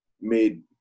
made